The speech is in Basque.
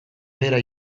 behera